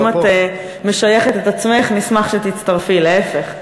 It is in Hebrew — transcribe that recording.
אם את משייכת את עצמך, נשמח שתצטרפי, להפך.